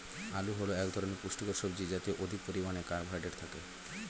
আলু হল এক ধরনের পুষ্টিকর সবজি যাতে অধিক পরিমাণে কার্বোহাইড্রেট থাকে